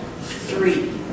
three